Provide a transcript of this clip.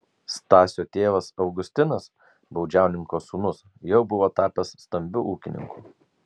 stasio tėvas augustinas baudžiauninko sūnus jau buvo tapęs stambiu ūkininku